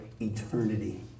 eternity